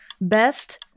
Best